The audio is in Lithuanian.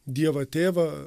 dievą tėvą